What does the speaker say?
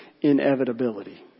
inevitability